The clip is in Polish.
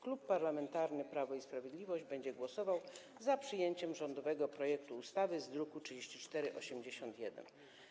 Klub Parlamentarny Prawo i Sprawiedliwość będzie głosował za przyjęciem rządowego projektu ustawy z druku nr 3481.